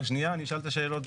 שנייה, אני אשאל את השאלות.